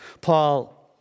Paul